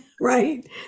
right